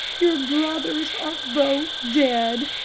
your brothers are both dead.